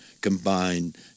combined